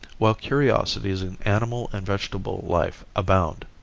while curiosities in animal and vegetable life abound.